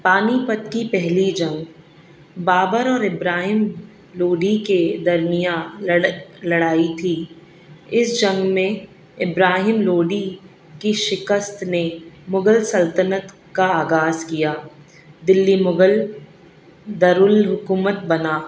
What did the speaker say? پانی پت کی پہلی جنگ بابر اور ابراہم لودھی کے درمیان لڑائی تھی اس جنگ میں ابراہم لوڈی کی شکست نے مغل سلطنت کا آگاز کیا دلی مغل در الحکومت بنا